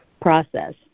process